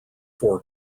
four